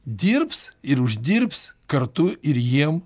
dirbs ir uždirbs kartu ir jiem